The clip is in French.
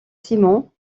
simon